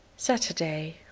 saturday,